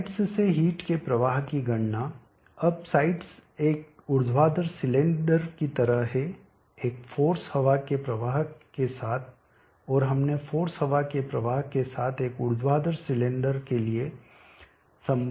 sides से heat के प्रवाह की गणना अब साइड्स एक ऊर्ध्वाधर सिलेंडर की तरह हैं एक फ़ोर्स हवा के प्रवाह के साथ और हमने फ़ोर्स हवा के प्रवाह के साथ एक ऊर्ध्वाधर सिलेंडर के लिए संबंध देखा है